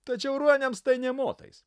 tačiau ruoniams tai nė motais